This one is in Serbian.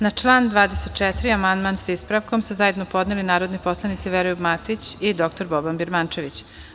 Na član 24. amandman, sa ispravkom, su zajedno podneli narodni poslanici Veroljub Matić i dr Boban Birmančević.